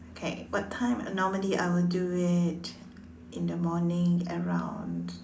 okay what time normally I will do it in the morning around